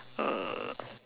uh